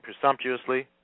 presumptuously